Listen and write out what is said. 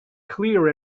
clear